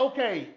Okay